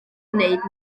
wneud